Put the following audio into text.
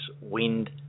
wind